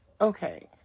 okay